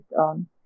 on